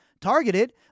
targeted